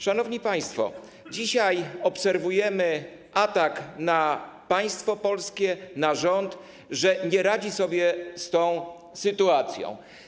Szanowni państwo, dzisiaj obserwujemy atak na państwo polskie, na rząd, insynuacje, że nie radzi sobie z tą sytuacją.